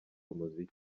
umuziki